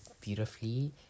beautifully